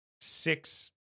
six